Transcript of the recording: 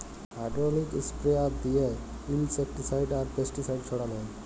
hydraulic sprayer দিঁয়ে insecticide আর pesticide ছড়াল হ্যয়